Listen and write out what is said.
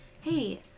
hey